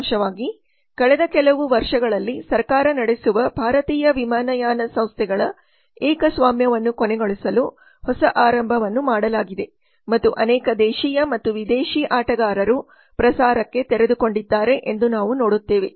ಸಾರಾಂಶವಾಗಿ ಕಳೆದ ಕೆಲವು ವರ್ಷಗಳಲ್ಲಿ ಸರ್ಕಾರ ನಡೆಸುವ ಭಾರತೀಯ ವಿಮಾನಯಾನ ಸಂಸ್ಥೆಗಳ ಏಕಸ್ವಾಮ್ಯವನ್ನು ಕೊನೆಗೊಳಿಸಲು ಹೊಸ ಆರಂಭವನ್ನು ಮಾಡಲಾಗಿದೆ ಮತ್ತು ಅನೇಕ ದೇಶೀಯ ಮತ್ತು ವಿದೇಶಿ ಆಟಗಾರರು ಪ್ರಸಾರಕ್ಕೆ ತೆರೆ ದುಕೊಂಡಿದ್ದಾರೆ ಎಂದು ನಾವು ನೋಡುತ್ತೇವೆ